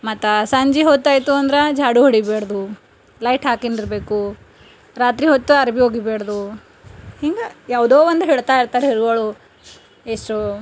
ಮತ್ತು ಸಂಜೆ ಹೊತ್ತಾಯಿತು ಅಂದ್ರೆ ಝಾಡು ಹೊಡಿಬಾರ್ದು ಲೈಟ್ ಹಾಕ್ಕೊಂಡಿರ್ಬೇಕು ರಾತ್ರಿ ಹೊತ್ತು ಅರ್ವಿ ಒಗಿಬಾರ್ದು ಹಿಂಗೆ ಯಾವ್ದೋ ಒಂದು ಹೇಳ್ತಾಯಿರ್ತಾರೆ ಹಿರುಗಳು ಎಷ್ಟು